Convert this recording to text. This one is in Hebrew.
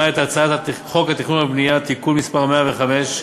את הצעת חוק התכנון והבנייה (תיקון מס' 105),